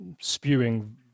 spewing